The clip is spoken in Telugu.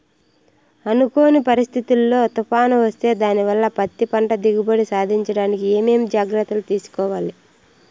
అనుకోని పరిస్థితుల్లో తుఫాను వస్తే దానివల్ల పత్తి పంట దిగుబడి సాధించడానికి ఏమేమి జాగ్రత్తలు తీసుకోవాలి?